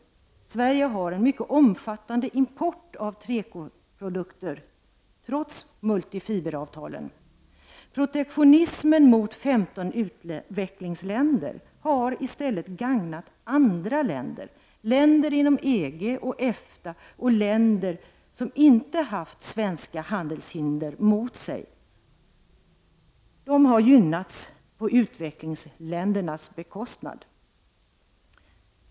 Sverige har en omfattande import av tekoprodukter trots multifiberavtalen. Protektionismen mot 15 utvecklingsländer har i stället gagnat andra länder. Länder inom EG och EFTA samt länder som inte haft svenska handelshinder mot sig har gynnats på utvecklingsländernas bekostnad.